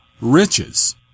riches